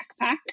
backpack